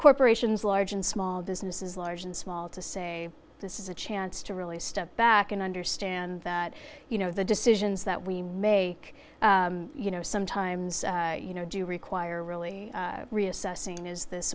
corporations large and small businesses large and small to say this is a chance to really step back and understand that you know the decisions that we may you know sometimes you know do require really reassessing is this